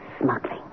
smuggling